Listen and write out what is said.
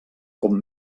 com